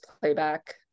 playback